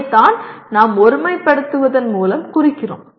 அதைத்தான் நாங்கள் ஒருமைபடுத்துவதன் மூலம் குறிக்கிறோம்